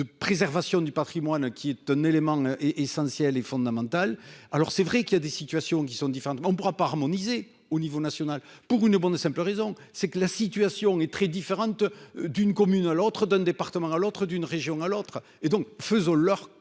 préservation du Patrimoine, qui est un élément est essentiel et fondamental, alors c'est vrai qu'il y a des situations qui sont différentes, on ne pourra pas harmoniser au niveau national pour une bonne et simple raison, c'est que la situation est très différente d'une commune à l'autre, d'un département à l'autre, d'une région à l'autre et donc faisons-leur confiance